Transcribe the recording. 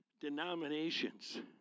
denominations